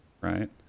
right